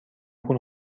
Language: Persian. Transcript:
پول